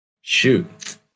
shoot